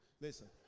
Listen